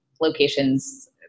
locations